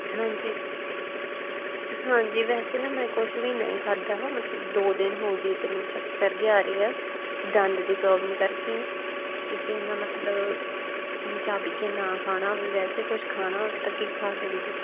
ਹਾਂਜੀ ਹਾਂਜੀ ਵੈਸੇ ਨਾ ਮੈਂ ਕੁਛ ਵੀ ਨਹੀਂ ਖਾਧਾ ਮਤਲਬ ਦੋ ਦਿਨ ਹੋ ਗਏ ਅਤੇ ਮੈਨੂੰ ਚੱਕਰ ਜਿਹੇ ਆ ਰਹੇ ਆ ਦੰਦ ਦੀ ਪ੍ਰੋਬਲਮ ਕਰਕੇ ਅਤੇ ਜੇ ਮੈਂ ਮਤਲਬ ਚਾਹ ਪੀ ਕੇ ਨਾ ਖਾਣਾ ਹੋਵੇ ਵੈਸੇ ਕੁਛ ਖਾਣਾ ਹੋਵੇ ਤਾਂ ਕੀ ਖਾ ਸਕਦੇ